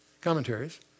Commentaries